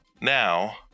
Now